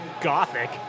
gothic